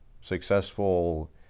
successful